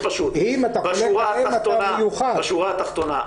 בשורה התחתונה,